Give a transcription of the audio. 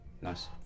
Nice